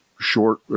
short